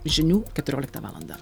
žinių keturioliktą valandą